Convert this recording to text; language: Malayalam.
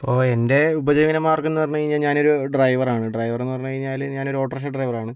അപ്പോൾ എന്റെ ഉപജീവന മാർഗം എന്ന് പറഞ്ഞ് കഴിഞ്ഞാൽ ഞാനൊരു ഡ്രൈവറാണ് ഡ്രൈവർ എന്ന് പറഞ്ഞ് കഴിഞ്ഞാൽ ഞാനൊരു ഓട്ടോറിക്ഷ ഡ്രൈവറാണ്